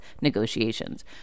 negotiations